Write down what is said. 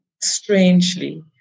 strangely